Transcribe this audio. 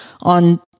on